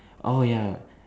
oh ya